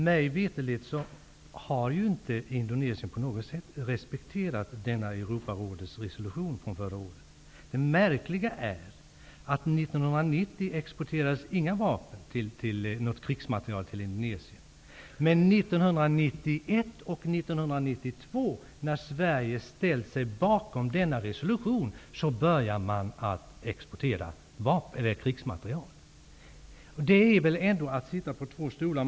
Mig veterligt har Indonesien inte på något sätt respekterat den här resolutionen från Europarådet som kom förra året. Det märkliga är att 1990 Men 1991 och 1992, efter det att Sverige ställt sig bakom denna resolution, börjar man exportera krigsmateriel. Det är väl ändock att sitta på två stolar samtidigt?